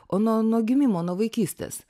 o nuo nuo gimimo nuo vaikystės